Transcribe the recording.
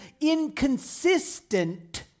inconsistent